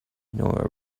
nor